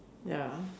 ya